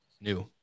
new